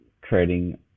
creating